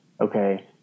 okay